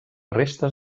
restes